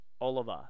Oliver